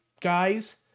guys